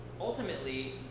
ultimately